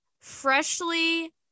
freshly